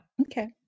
Okay